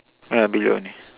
yeah below this